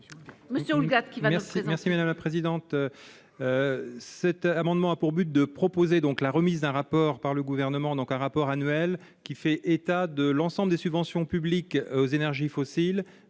Merci madame la présidente,